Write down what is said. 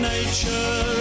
Nature